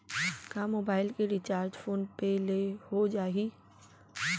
का मोबाइल के recharge phone पे ले हो जाही?